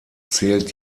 zählt